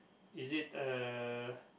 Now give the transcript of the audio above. is it uh